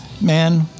man